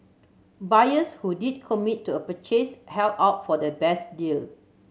buyers who did commit to a purchase held out for the best deal